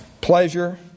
pleasure